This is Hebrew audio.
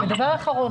הדבר האחרון,